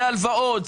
זה הלוואות,